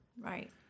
right